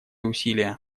усилия